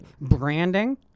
Branding